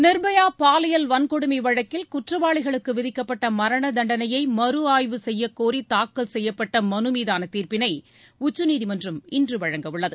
நிர்பயா பாலியல் வன்கொடுமை வழக்கில் குற்றவாளிகளுக்கு விதிக்கப்பட்ட மரண தண்டனையை மறுஆய்வு செய்ய கோரி தாக்கல் செய்யப்பட்ட மனு மீதான தீர்ப்பினை உச்சநீதிமன்றம் இன்று வழங்க உள்ளது